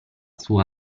sua